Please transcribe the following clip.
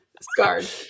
scarred